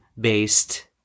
based